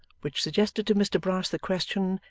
which suggested to mr brass the question,